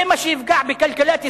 זה מה שיפגע בכלכלת ישראל,